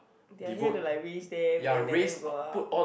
they are here to like raise them then let them go out